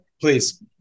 Please